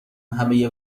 همهی